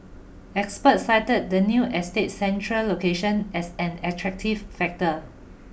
experts cited the new estate's central location as an attractive factor